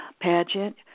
pageant